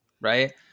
Right